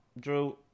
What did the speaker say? Drew